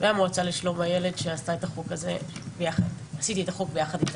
ולמועצה לשלום הילד שעשיתי את החוק ביחד איתה.